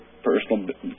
Personal